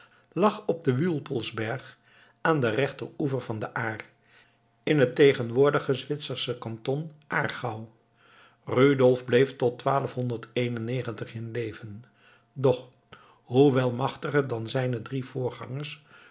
lag op den wülpelsberg aan den rechteroever van de aar in het tegenwoordige zwitsersche canton aargau rudolf bleef tot twaalf in leven doch hoewel machtiger dan zijne drie voorgangers